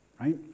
right